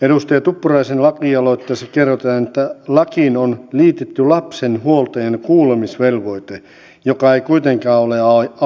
edustaja tuppuraisen lakialoitteessa kerrotaan että lakiin on liitetty lapsen huoltajan kuulemisvelvoite joka ei kuitenkaan ole aukoton